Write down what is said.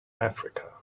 africa